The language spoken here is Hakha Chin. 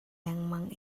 lengmang